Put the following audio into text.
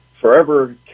forever